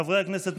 חברי הכנסת,